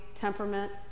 temperament